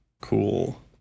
Cool